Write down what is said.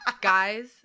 Guys